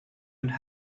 and